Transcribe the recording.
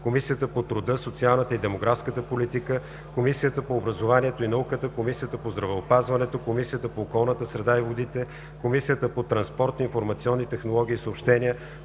Комисията по труда, социалната и демографската политика, Комисията по образованието и науката, Комисията по здравеопазването, Комисията по околната среда и водите, Комисията по транспорт, информационни технологии и съобщения,